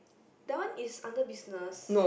that one is under business